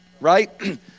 Right